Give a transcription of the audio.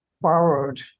borrowed